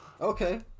Okay